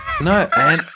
No